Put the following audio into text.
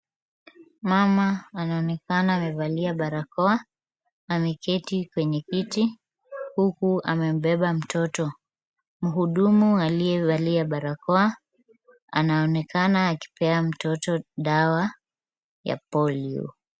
Mama anaonekana amevalia barakoa. Ameketi kwenye kiti huku amembeba mtoto. Mhudumu aliyevalia barakoa anaonekana akipea mtoto dawa ya polio .